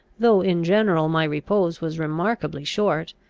though in general my repose was remarkably short,